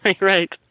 Right